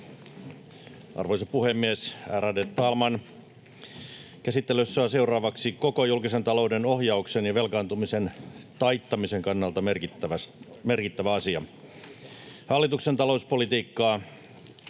Arvoisa puhemies, ärade talman! Käsittelyssä on seuraavaksi koko julkisen talouden ohjauksen ja velkaantumisen taittamisen kannalta merkittävä asia. Hallituksen talouspolitiikkaa